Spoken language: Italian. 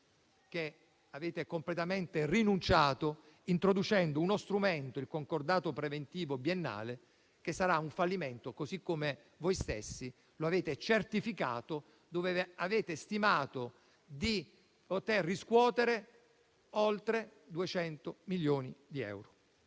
cui avete completamente rinunciato, introducendo uno strumento, il concordato preventivo biennale, che sarà un fallimento, per come voi stessi lo avete certificato, avendo stimato di poter riscuotere oltre 200 milioni di euro.